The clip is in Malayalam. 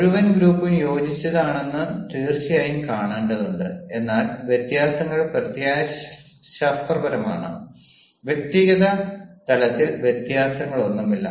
മുഴുവൻ ഗ്രൂപ്പും യോജിച്ചതാണെന്നും തീർച്ചയായും കാണേണ്ടതുണ്ട് എന്നാൽ വ്യത്യാസങ്ങൾ പ്രത്യയശാസ്ത്രപരമാണ് വ്യക്തിഗത തലത്തിൽ വ്യത്യാസങ്ങളൊന്നുമില്ല